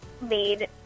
made